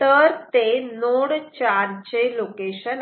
तर ते नोड 4 चे लोकेशन आहे